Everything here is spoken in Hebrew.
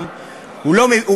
נחליט לתקצב משהו,